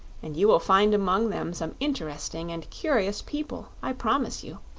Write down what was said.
and you will find among them some interesting and curious people, i promise you.